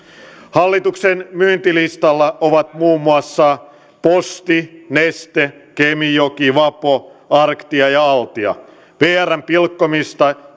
hallituksen myyntilistalla ovat muun muassa posti neste kemijoki vapo arctia ja altia vrn pilkkomista